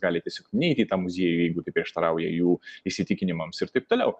gali tiesiog neiti į tą muziejų jeigu tai prieštarauja jų įsitikinimams ir taip toliau